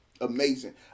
amazing